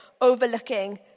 overlooking